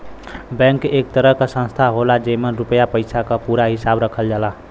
bank एक तरह संस्था होला जेमन रुपया पइसा क पूरा हिसाब रखल जाला